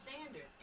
standards